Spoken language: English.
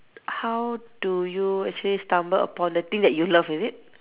how do you actually stumble upon the thing that you love is it